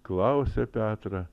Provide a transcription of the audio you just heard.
klausia petrą